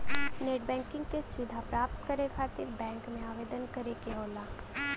net banking क सुविधा प्राप्त करे खातिर बैंक में आवेदन करे क होला